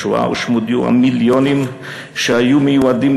בשואה הושמדו המיליונים שהיו מיועדים